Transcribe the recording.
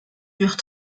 dure